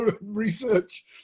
research